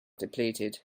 depleted